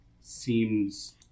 seems